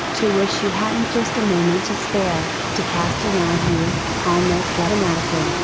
to wish you hadn't just a moment to spare, to cast around you almost automatically,